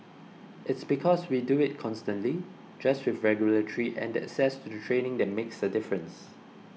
its because we do it constantly just with regularity and the access to the training that makes a difference